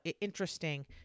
interesting